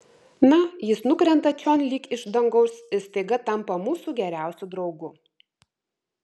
na jis nukrenta čion lyg iš dangaus ir staiga tampa mūsų geriausiu draugu